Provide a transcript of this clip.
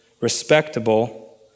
respectable